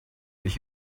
dich